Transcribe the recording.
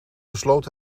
besloot